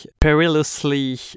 perilously